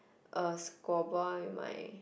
a scuba with my